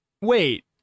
Wait